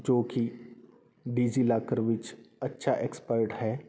ਜੋ ਕਿ ਡੀਜੀਲਾਕਰ ਵਿੱਚ ਅੱਛਾ ਐਕਸਪਰਟ ਹੈ